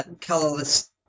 colorless